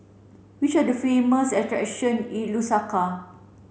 which are the famous attractions in Lusaka